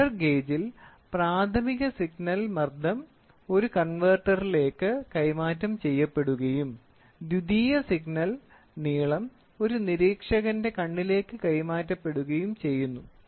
അതിനാൽ പ്രഷർ ഗേജിൽ പ്രാഥമിക സിഗ്നൽ മർദ്ദം ഒരു കൺവെർട്ടറിലേക്ക് കൈമാറ്റം ചെയ്യപ്പെടുകയും ദ്വിതീയ സിഗ്നൽ നീളം ഒരു നിരീക്ഷകന്റെ കണ്ണിലേക്ക് കൈമാറ്റം ചെയ്യപ്പെടുകയും ചെയ്യുന്നു